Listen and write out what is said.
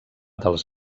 dels